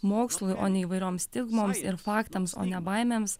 mokslui o ne įvairioms stigmoms ir faktams o ne baimėms